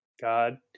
God